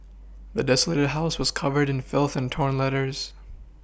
the desolated house was covered in filth and torn letters